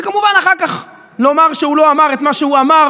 וכמובן אחר כך לומר שהוא לא אמר את מה שהוא אמר.